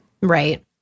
Right